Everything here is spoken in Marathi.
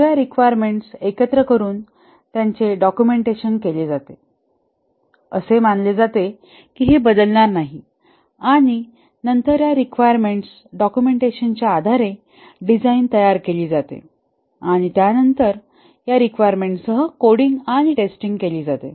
सगळ्या रिक्वायरमेंट्स एकत्र करून त्यांचे डॉक्युमेंटेशन केले जाते असे मानले जाते की हे बदलणार नाही आणि नंतर या रिक्वायरमेंट्स डॉक्युमेंटेशनच्या आधारे डिझाईन तयार केली जातेआणि त्यानंतर या रिक्वायरमेंट्ससह कोडिंग आणि टेस्टिंग केली जाते